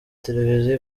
televiziyo